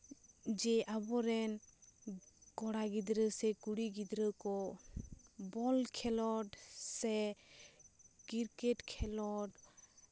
ᱡᱮ ᱟᱵᱚ ᱨᱮᱱ ᱠᱚᱲᱟ ᱜᱤᱫᱽᱨᱟᱹ ᱥᱮ ᱠᱩᱲᱤ ᱜᱤᱫᱽᱨᱟᱹ ᱠᱚ ᱵᱚᱞ ᱠᱷᱮᱞᱳᱰ ᱥᱮ ᱠᱤᱨᱠᱮᱴ ᱠᱷᱮᱞᱳᱰ